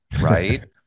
right